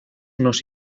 nos